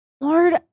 Lord